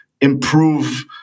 improve